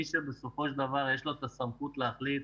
מי שבסופו של דבר יש לו את הסמכות להחליט